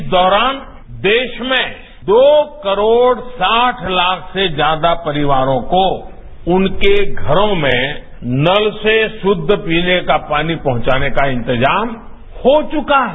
इस दौरान देश में दो करोड़ साठ लाख से ज्यादा परिवारों को उनके घरों में नल से शुद्ध पीने का पानी पहुंचाने का इंतजाम हो चुका है